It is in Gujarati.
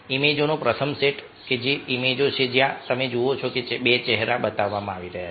ઈમેજોનો પ્રથમ સેટ એ ઈમેજો છે જ્યાં તમે જુઓ છો કે બે ચહેરા બતાવવામાં આવી રહ્યા છે